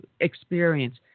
experience